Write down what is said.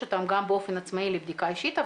אותן גם באופן עצמאי לבדיקה אישית,